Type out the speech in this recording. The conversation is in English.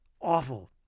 Awful